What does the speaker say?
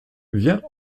vient